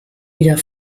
wieder